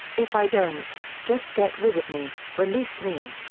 if i don't, just get rid of me, release me.